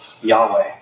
Yahweh